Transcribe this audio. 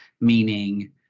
meaning